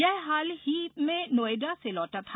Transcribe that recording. यह हाल ही में नोएडा से लौटा था